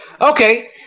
Okay